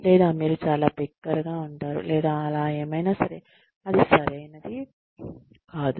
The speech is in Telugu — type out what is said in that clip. లేదా మీరు చాలా బిగ్గరగా ఉంటారు లేదా అలా ఏమైనా సరే అది సరైనది కాదు